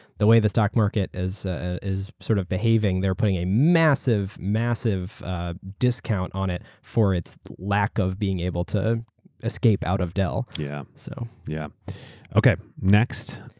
the way the stock market is behaving, ah is sort of behaving, they're putting a massive, massive ah discount on it for its lack of being able to escape out of dell. yeah. so yeah okay. next,